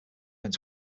went